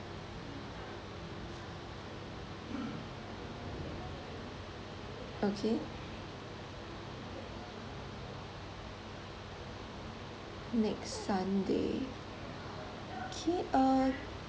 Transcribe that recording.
okay next sunday okay uh